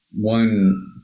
One